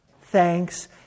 thanks